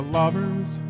lovers